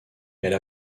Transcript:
elle